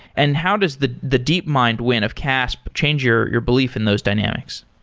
and how does the the deep mind win of casp change your your belief in those dynamics?